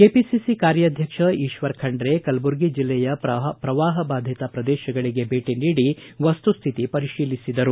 KBC ಕಾರ್ಯಾಧ್ವಕ್ಷ ಕುತ್ತರ ವಿಂಡ್ ಕಲಬುರಗಿ ಬೆಲ್ಲೆಯ ಪ್ರವಾಹಬಾಧಿತ ಪ್ರದೇಶಗಳಿಗೆ ಭೇಟಿ ನೀಡಿ ವಸ್ತುಹಿತಿ ಪರಿಶೀಲಿಸಿದರು